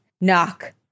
Knock